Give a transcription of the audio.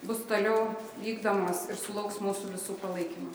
bus toliau vykdomos ir sulauks mūsų visų palaikymo